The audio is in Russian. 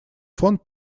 фонд